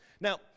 Now